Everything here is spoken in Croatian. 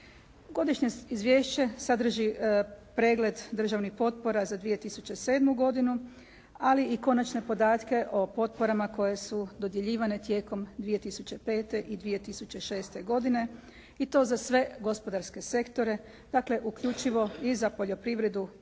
Godišnje izvješće sadrži pregled državnih potpora za 2007. godinu, ali i konačne podatke o potporama koje su dodjeljivanje tijekom 2005. i 2006. godine i to za sve gospodarske sektore, dakle uključivo i za poljoprivredu i ribarstvo